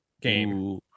game